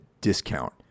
discount